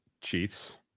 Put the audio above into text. Chiefs